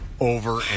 Over